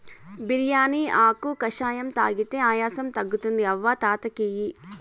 బిర్యానీ ఆకు కషాయం తాగితే ఆయాసం తగ్గుతుంది అవ్వ తాత కియి